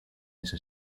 ese